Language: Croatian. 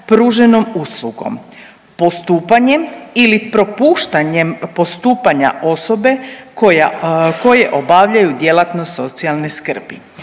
pruženom uslugom, postupanjem ili propuštanjem postupanja osobe koja, koje obavljaju djelatnost socijalne skrbi.